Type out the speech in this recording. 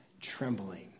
trembling